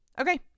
Okay